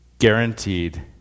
Guaranteed